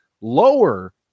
lower